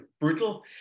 brutal